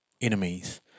enemies